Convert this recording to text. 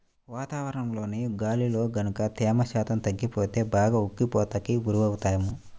వాతావరణంలోని గాలిలో గనక తేమ శాతం తగ్గిపోతే బాగా ఉక్కపోతకి గురవుతాము